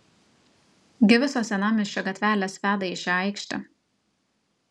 gi visos senamiesčio gatvelės veda į šią aikštę